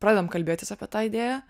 pradedam kalbėtis apie tą idėją